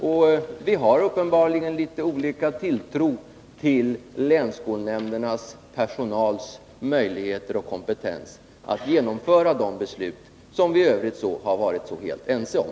Och vi har uppenbarligen litet olika tilltro till länsskolnämndernas personals möjligheter och kompetens när det gäller att genomföra de beslut som vi i övrigt varit så ense om.